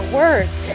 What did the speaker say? words